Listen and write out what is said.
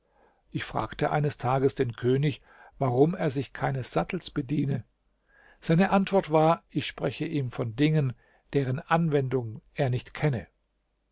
ich fragte eines tages den könig warum er sich keines sattels bediene seine antwort war ich spreche ihm von dingen deren anwendung er nicht kenne